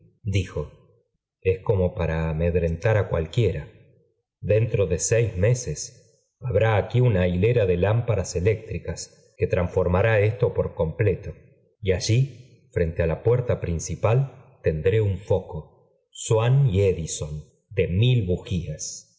diio es como para amedrentar ó cualquiera dentro de saf m babrá j f una hilera e lámparas elét l v transformará esto por completo y allí jpjfjf la puerta principal tendré un foco fiwaá y edison de mil bujías